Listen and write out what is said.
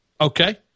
Okay